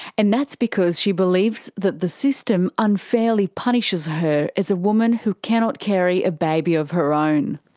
and that's because she believes that the system unfairly punishes her as a woman who cannot carry a baby of her own.